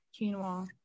quinoa